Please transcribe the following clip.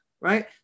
right